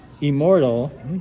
immortal